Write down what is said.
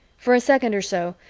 for a second or so,